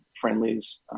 friendlies